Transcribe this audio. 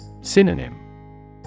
Synonym